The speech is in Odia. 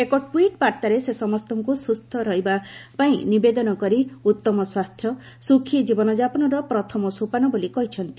ଏକ ଟ୍ୱିଟ୍ ବାର୍ତ୍ତାରେ ସେ ସମସ୍ତଙ୍କୁ ସୁସ୍ଥ ରହିବା ପାଇଁ ନିବେଦନ କରି ଉତ୍ତମ ସ୍ୱାସ୍ଥ୍ୟ ସୁଖୀ ଜୀବନଯାପନର ପ୍ରଥମ ସୋପାନ ବୋଲି କହିଛନ୍ତି